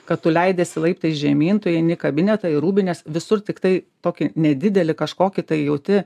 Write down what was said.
kad tu leidiesi laiptais žemyn tu įeini kabinetą ir rūbinės visur tiktai tokį nedidelį kažkokį tai jauti